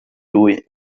lui